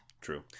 True